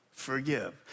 forgive